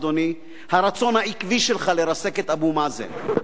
אדוני: הרצון העקבי שלך לרסק את אבו מאזן,